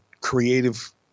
creative